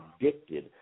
addicted